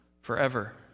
forever